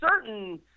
certain